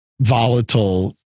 volatile